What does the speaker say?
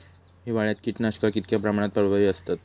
हिवाळ्यात कीटकनाशका कीतक्या प्रमाणात प्रभावी असतत?